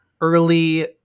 early